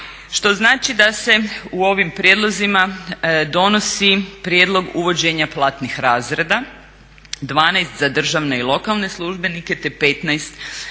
Što znači da se u ovim prijedlozima donosi prijedlog uvođenja platnih razreda, 12 za državne i lokalne službenike te 15 za